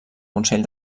consell